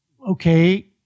Okay